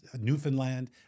Newfoundland